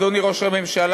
אדוני ראש הממשלה,